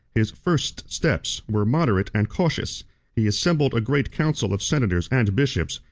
his first steps were moderate and cautious he assembled a great council of senators and bishops,